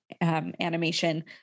animation